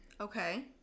Okay